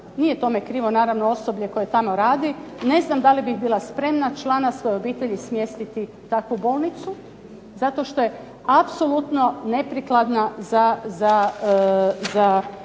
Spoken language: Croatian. nije tome krivo naravno osoblje koje tamo radi, ne znam da li bih bila spremna člana svoje obitelji smjestiti u takvu bolnicu zato što je apsolutno neprikladna za